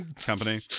company